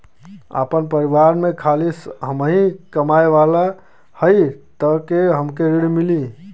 आपन परिवार में खाली हमहीं कमाये वाला हई तह हमके ऋण मिली?